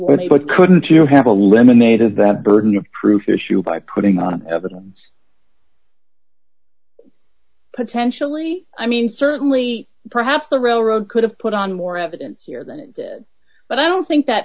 but couldn't you have a lemonade is that burden of proof issue by putting on evidence potentially i mean certainly perhaps the railroad could have put on more evidence here than it did but i don't think that